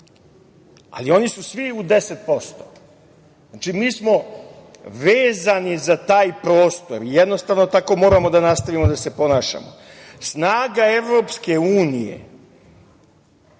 ali oni su svi u 10%. Znači, mi smo vezani za taj prostor i jednostavno tako moramo da nastavimo da se ponašamo. Snaga Evropske unije